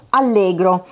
allegro